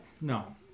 no